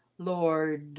lord,